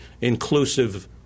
inclusive